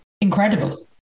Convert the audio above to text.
incredible